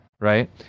right